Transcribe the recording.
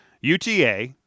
UTA